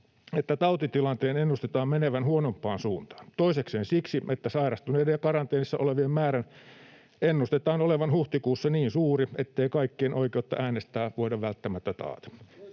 että tautitilanteen ennustetaan menevän huonompaan suuntaan, ja toisekseen siksi, että sairastuneiden ja karanteenissa olevien määrän ennustetaan olevan huhtikuussa niin suuri, ettei kaikkien oikeutta äänestää voida välttämättä taata.